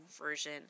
version